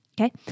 Okay